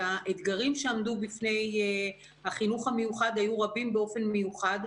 שהאתגרים שעמדו בפני החינוך המיוחד היו רבים באופן מיוחד.